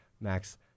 max